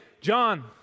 John